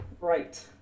right